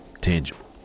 Tangible